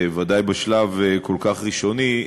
ודאי בשלב כל כך ראשוני,